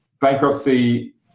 Bankruptcy